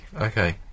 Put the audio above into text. Okay